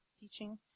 teaching